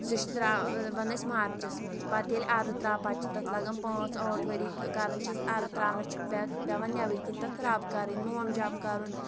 سُہ چھِ ترٛاوَان أسۍ مارچَس منٛز پَتہٕ ییٚلہِ اَرٕ ترٛاو پَتہٕ چھِ تَتھ لگَان پٲنٛژھ ٲٹھ ؤری کَران چھِس اَرٕ ترٛاوَان چھِ پٮ۪تہ پٮ۪وَان نٮ۪بٕرۍ کِنۍ تَتھ رَب کَرٕنۍ موم جام کَرُن